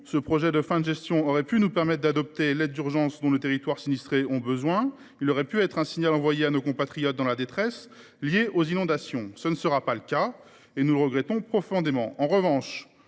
de finances de fin de gestion aurait pu nous permettre d’adopter l’aide d’urgence dont les territoires sinistrés ont besoin. Il aurait pu constituer un signal envoyé à nos compatriotes dans la détresse à la suite des inondations. Ce ne sera pas le cas, et nous le regrettons profondément.